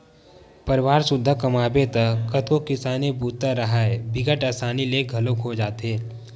परवार सुद्धा कमाबे त कतको किसानी बूता राहय बिकट असानी ले घलोक हो जाथे